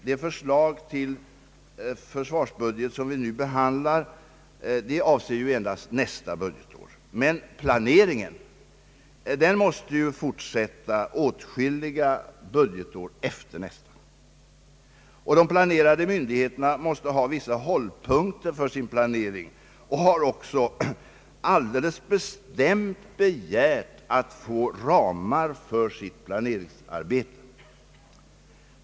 Det förslag till försvarsbudget som vi nu behandlar avser ju endast nästa budgetår, men planeringen måste ju fortsätta åtskilliga budgetår därefter. De planerade myndigheterna måste ha vissa hållpunkter för sin verksamhet och har också alldeles bestämt begärt att få ramar för sitt planeringsarbete.